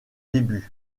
débuts